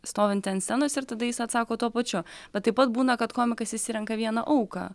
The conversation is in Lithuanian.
stovintį ant scenos ir tada jis atsako tuo pačiu bet taip pat būna kad komikas išsirenka vieną auką